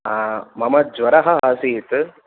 आ मम ज्वरः आसीत्